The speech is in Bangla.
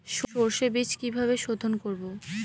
সর্ষে বিজ কিভাবে সোধোন করব?